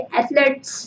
athletes